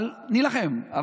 אבל נילחם.